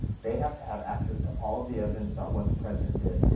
they have to have access to all of the evidence about what the president did.